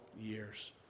years